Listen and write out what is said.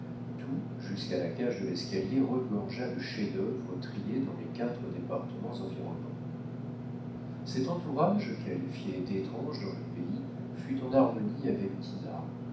tout jusqu'à la cage de l'escalier regorgea de chefs-d'œuvre triés dans les quatre départements environnants cet entourage qualifié d'étrange dans le pays fut en harmonie avec dinah